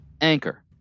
Anchor